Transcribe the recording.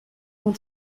oan